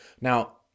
Now